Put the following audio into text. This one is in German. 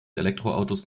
elektroautos